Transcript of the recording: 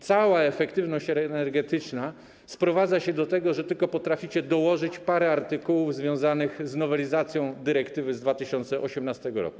Cała efektywność energetyczna sprowadza się do tego, że potrafiliście tylko dołożyć parę artykułów związanych z nowelizacją dyrektywy z 2018 r.